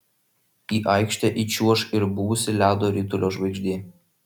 į aikštę įčiuoš ir buvusi ledo ritulio žvaigždė